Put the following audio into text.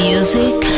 Music